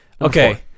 Okay